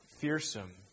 fearsome